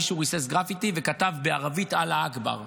מישהו ריסס גרפיטי וכתב בערבית: אללה אכבר.